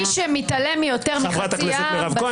מי שאירגן הפגנות בחייו,